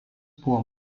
buvo